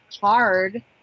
hard